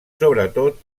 sobretot